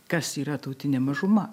kas yra tautinė mažuma